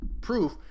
proof